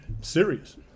serious